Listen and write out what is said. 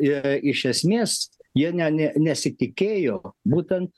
ir iš esmės jie ne ne nesitikėjo būtent